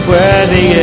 Worthy